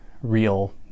real